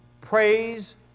Praise